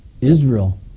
Israel